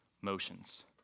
motions